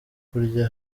kurya